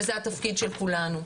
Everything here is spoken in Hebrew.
וזה התפקיד של כולנו.